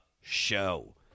show